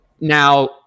Now